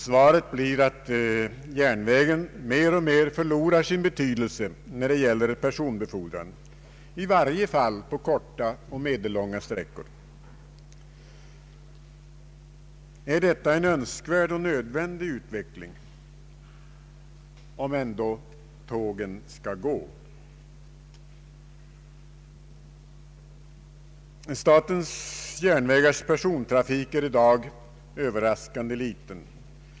Svaret blir att järnvägen mer och mer förlorar sin betydelse när det gäller personbefordran i varje fall på korta och medellånga sträckor. är detta en önskvärd och nödvändig utveckling, om ändå tågen skall gå? Statens järnvägars persontrafik är i dag överraskande liten.